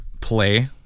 play